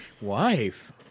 Wife